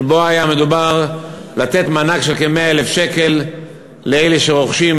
שבו היה מדובר על מתן מענק של כ-100,000 שקל לאלה שרוכשים